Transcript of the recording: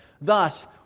Thus